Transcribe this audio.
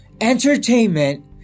Entertainment